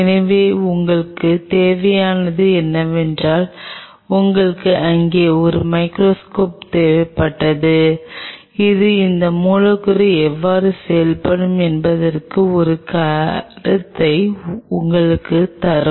எனவே உங்களுக்குத் தேவையானது என்னவென்றால் உங்களுக்கு அங்கே ஒரு மைகிரோஸ்கோப் தேவைப்பட்டது இது இந்த மூலக்கூறு எவ்வாறு செயல்படுகிறது என்பதற்கான ஒரு கருத்தை உங்களுக்குத் தரும்